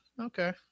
Okay